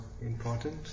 important